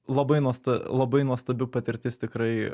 labai nuosta labai nuostabi patirtis tikrai